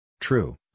True